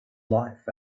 life